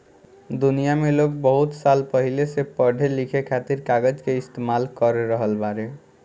दुनिया में लोग बहुत साल पहिले से पढ़े लिखे खातिर कागज के इस्तेमाल कर रहल बाड़े